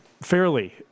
Fairly